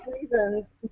reasons